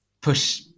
push